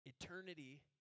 Eternity